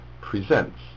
presents